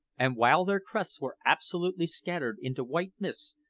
and while their crests were absolutely scattered into white mist,